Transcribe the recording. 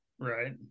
Right